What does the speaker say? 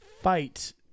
fight